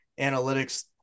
analytics